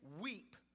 weep